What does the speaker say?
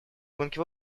гонки